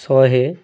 ଶହେ